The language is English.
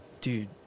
dude